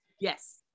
Yes